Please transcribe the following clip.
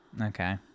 Okay